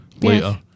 later